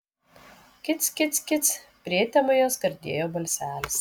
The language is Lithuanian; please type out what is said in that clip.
kic kic kic prietemoje skardėjo balselis